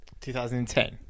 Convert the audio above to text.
2010